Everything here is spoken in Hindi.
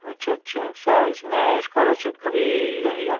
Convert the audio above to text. अच्छा अच्छा सर इसमें इस्कॉलरशिप का भी रहेगा